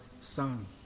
son